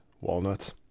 walnuts